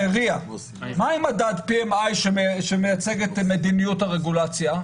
מה עם מדד PMI שמייצג את מדיניות הרגולציה?